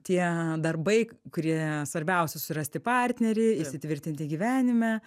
tie darbai kurie svarbiausi susirasti partnerį įsitvirtinti gyvenime